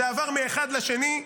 זה עבר מאחד לשני,